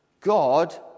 God